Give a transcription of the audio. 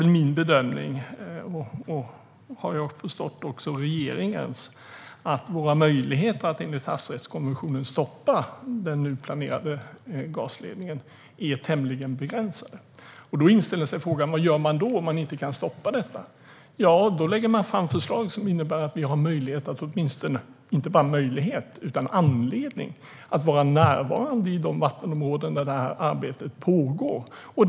Våra möjligheter att stoppa den nu planerade gasledningen utifrån Havsrättskommissionens regler är enligt min bedömning tämligen begränsade. Jag har förstått att detta även är regeringens bedömning. Om man inte kan stoppa detta inställer sig frågan vad man då gör. Ja, då lägger man fram förslag som innebär att man inte bara har möjlighet utan också anledning att vara närvarande i de vattenområden där arbetet pågår.